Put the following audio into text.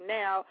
now